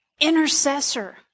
intercessor